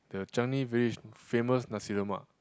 the Changi Village famous Nasi-Lemak